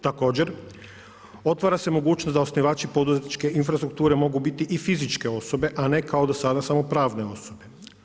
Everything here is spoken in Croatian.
Također otvara se mogućnost da osnivači poduzetničke infrastrukture mogu biti i fizičke osobe, a ne kao do sada samo pravne osobe.